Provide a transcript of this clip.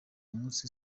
munsi